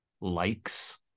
likes